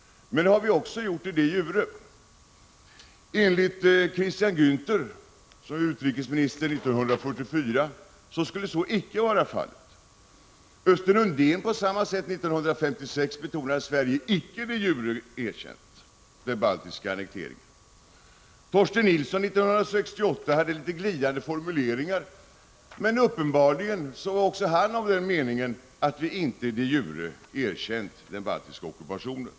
Men har vi också gjort det de jure? Enligt vad dåvarande utrikesministern Christian Gänther sade 1944 skulle så icke vara fallet. Östen Undén betonade på samma sätt 1956 att Sverige icke de jure erkänt annekteringen av de baltiska staterna. Torsten Nilsson hade i ett uttalande 1968 något glidande formuleringar, men uppenbarligen var också han av den meningen att vi inte de jure erkänt den sovjetiska ockupationen.